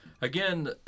Again